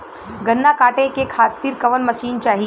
गन्ना कांटेके खातीर कवन मशीन चाही?